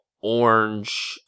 orange